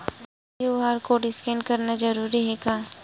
QR code scan करना जरूरी हे का?